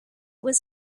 was